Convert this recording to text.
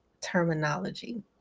terminology